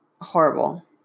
horrible